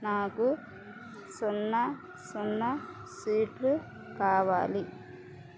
సున్న సున్న సీట్లు కావాలి